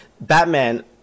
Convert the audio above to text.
Batman